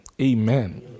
Amen